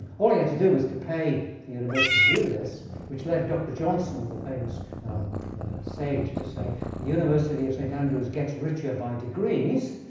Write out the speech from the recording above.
all he had to do was to pay the university do this, which led dr. johnson, the famous sage, to say the university of st. andrews gets richer by degrees.